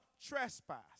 trespass